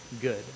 good